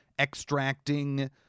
extracting